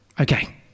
Okay